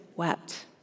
Wept